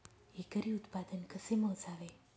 एकरी उत्पादन कसे मोजावे?